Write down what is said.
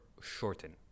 shorten